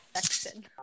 section